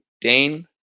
Dane